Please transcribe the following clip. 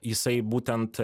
jisai būtent